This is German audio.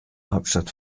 hauptstadt